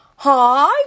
Hi